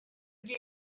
fedri